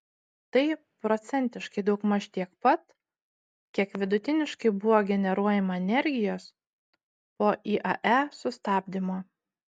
tai procentiškai daugmaž tiek pat kiek vidutiniškai buvo generuojama energijos po iae sustabdymo